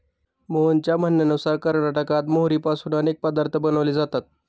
मोहनच्या म्हणण्यानुसार कर्नाटकात मोहरीपासून अनेक पदार्थ बनवले जातात